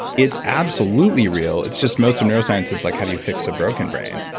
it's absolutely real. it's just most of neuroscience is like how do you fix a broken brain?